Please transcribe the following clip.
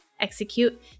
execute